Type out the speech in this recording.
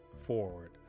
forward